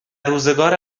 روزگار